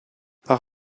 par